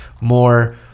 more